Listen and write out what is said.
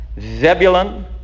Zebulun